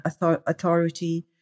authority